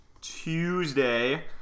Tuesday